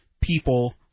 people